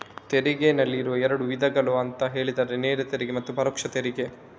ತೆರಿಗೆನಲ್ಲಿ ಇರುವ ಎರಡು ವಿಧಗಳು ಅಂತ ಹೇಳಿದ್ರೆ ನೇರ ತೆರಿಗೆ ಮತ್ತೆ ಪರೋಕ್ಷ ತೆರಿಗೆ